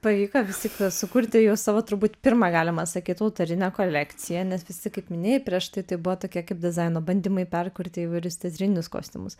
pavyko vis tik sukurti jau savo turbūt pirmą galima sakyt autorinę kolekciją nes vis tik kaip minėjai prieštai tai buvo tokie kaip dizaino bandymai perkurti įvairius teatrinius kostiumus